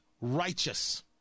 righteous